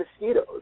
mosquitoes